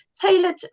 tailored